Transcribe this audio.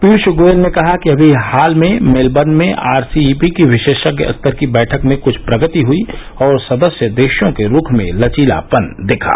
पीयूष गोयल ने कहा कि अभी हाल में मेलबर्न में आर सी ई पी की विशेषज्ञ स्तर की बैठक में कुछ प्रगति हुई और सदस्य देशों के रूख में लचीलापन दिखा